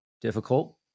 difficult